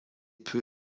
peu